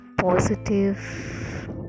positive